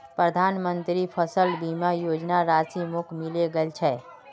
प्रधानमंत्री फसल बीमा योजनार राशि मोक मिले गेल छै